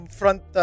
front